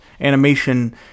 animation